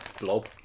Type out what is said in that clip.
blob